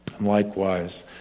Likewise